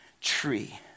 tree